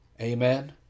amen